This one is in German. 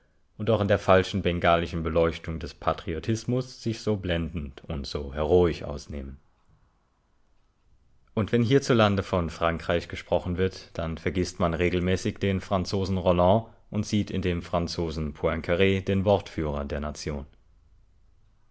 und doch in der falschen bengalischen beleuchtung des patriotismus sich so blendend und so heroisch ausnehmen und wenn hierzulande von frankreich gesprochen wird dann vergißt man regelmäßig den franzosen rolland und sieht in dem franzosen poincar den wortführer der nation